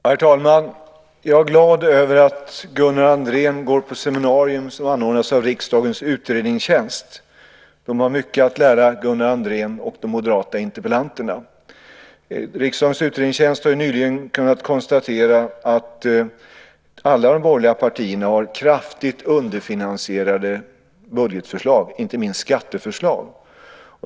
Herr talman! Jag är glad över att Gunnar Andrén går på seminarier som anordnas av riksdagens utredningstjänst. De har mycket att lära Gunnar Andrén och de moderata interpellanterna. Riksdagens utredningstjänst har ju nyligen kunnat konstatera att alla de borgerliga partierna har kraftigt underfinansierade budgetförslag och inte minst skatteförslag.